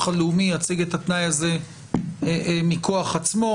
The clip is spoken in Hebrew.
הלאומי יציג את התנאי הזה מכוח עצמו,